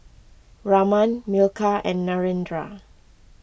Raman Milkha and Narendra